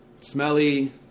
Smelly